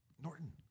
Norton